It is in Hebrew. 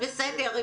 בסדר,